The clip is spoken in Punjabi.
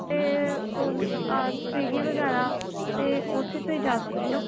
ਅਤੇ ਓ ਸਵੀਗੀ ਵਗੈਰਾ 'ਤੇ ਉੱਥੇ ਤੁਸੀਂ ਜਾ ਸਕਦੇ ਹੋ